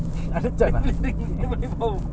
dia boleh bau